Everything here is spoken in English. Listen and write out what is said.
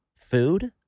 Food